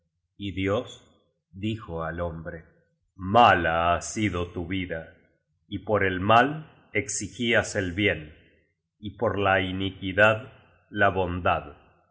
y dios dijo al hombre mala ha sido tu vida y por el mal exigías el bien y por la iniquidad la bondad